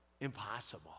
Impossible